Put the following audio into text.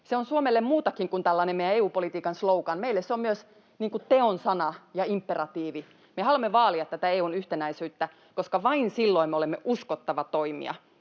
on Suomelle muutakin kuin tällainen meidän EU-politiikkamme slogan. Se on meille myös teonsana ja imperatiivi. Me haluamme vaalia tätä EU:n yhtenäisyyttä, koska vain silloin me olemme uskottava toimija.